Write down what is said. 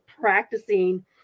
practicing